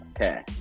Okay